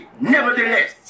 Nevertheless